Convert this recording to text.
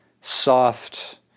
soft